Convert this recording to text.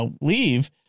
leave